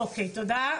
אוקיי, תודה.